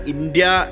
India